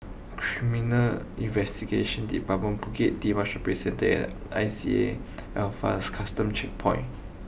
Criminal Investigation Department Bukit Timah Shopping Centre and I C A Alphas Custom Checkpoint